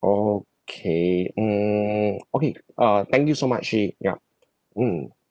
okay mm okay uh thank you so much actually ya mm